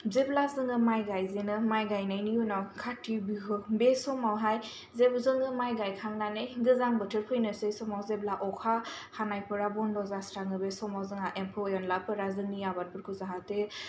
जेब्ला जोङो माइ गायजेनो माइ गायनायनि उनाव खाथि बिहु बे समावहाय जोङो माइ गायखांनानै गोजां बोथोर फैनोसै समाव जेब्ला अखा हानायफोरा बन्द' जास्राङो बे समाव जोंहा एम्फौ एनला फोरा जोंनि आबादखौ जाहाते